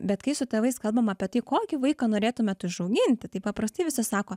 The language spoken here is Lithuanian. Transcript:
bet kai su tėvais kalbam apie tai kokį vaiką norėtumėt užauginti tai paprastai visi sako